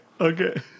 Okay